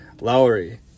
Lowry